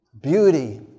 beauty